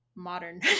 modern